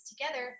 together